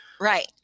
Right